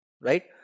right